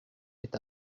est